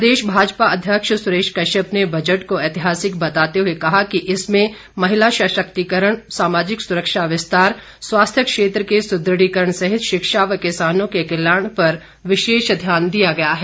प्रदेश भाजपा अध्यक्ष सुरेश कश्यप ने बजट को ऐतिहासिक बताते हुए कहा कि बजट में महिला सशक्तिकरण सामाजिक सुरक्षा विस्तार स्वास्थ्य क्षेत्र के सुदृढ़ीकरण सहित शिक्षा व किसानों के कल्याण पर विशेष ध्यान दिया गया है